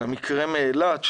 המקרה מאילת,